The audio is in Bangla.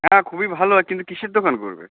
হ্যাঁ খুবই ভালো কিন্তু কীসের দোকান করবে